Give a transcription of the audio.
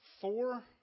four